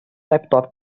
laptop